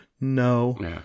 No